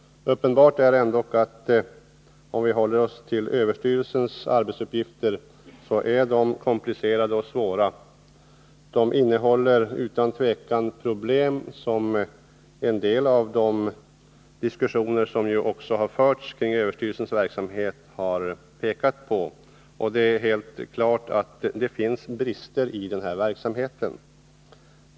Om vi håller oss till arbetsuppgifterna på överstyrelsen för ekonomiskt försvar, är det ändock uppenbart att de är komplicerade och svåra. De innehåller utan tvivel problem, som också en del av de diskussioner som har förts om överstyrelsens verksamhet har pekat på. Det är helt klart att det finns brister i den här verksamheten.